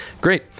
Great